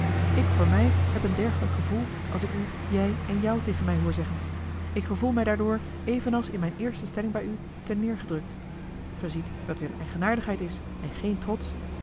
ik voor mij heb een dergelijk gevoel als ik u jij en jou tegen mij hoor zeggen ik gevoel mij daardoor evenals in mijn eerste stelling bij u terneergedrukt ge ziet dat dit een eigenaardigheid is en geen trots